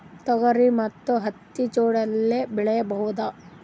ತೊಗರಿ ಮತ್ತು ಹತ್ತಿ ಜೋಡಿಲೇ ಬೆಳೆಯಬಹುದಾ?